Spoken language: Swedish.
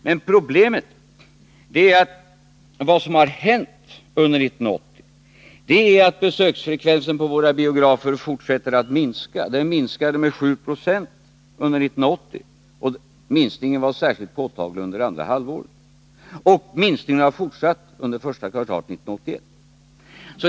Men problemet gäller det som har hänt under 1980, nämligen att besöksfrekvensen på våra biografer fortsätter att minska. Den minskade med 7 Zo under 1980, och minskningen var särskilt påtaglig under andra halvåret. Minskningen har också fortsatt under första kvartalet 1981.